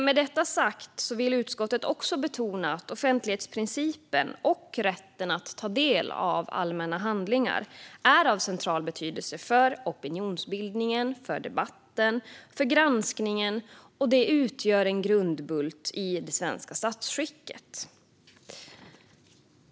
Med detta sagt vill utskottet också betona att offentlighetsprincipen och rätten att ta del av allmänna handlingar är av central betydelse för opinionsbildningen, för debatten och för granskningen och utgör en grundbult i det svenska statsskicket.